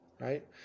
right